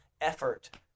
effort